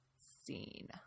Scene